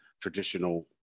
traditional